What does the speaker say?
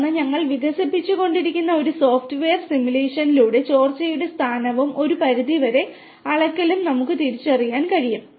തുടർന്ന് ഞങ്ങൾ വികസിപ്പിച്ചുകൊണ്ടിരിക്കുന്ന ഒരു സോഫ്റ്റ്വെയർ സിമുലേഷനിലൂടെ ചോർച്ചയുടെ സ്ഥാനവും ഒരു പരിധിവരെ അളക്കലും നമുക്ക് തിരിച്ചറിയാൻ കഴിയും